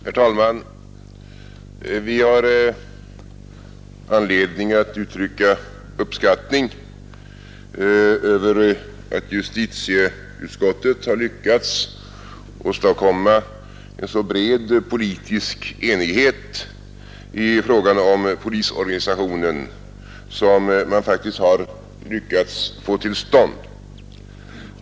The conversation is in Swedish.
Herr talman! Vi har anledning att uttrycka uppskattning över att justitieutskottet har lyckats åstadkomma en så bred politisk enighet i frågan om polisorganisationen som man faktiskt har lyckats få till stånd.